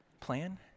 plan